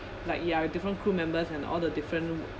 like ya with different crew members and all the different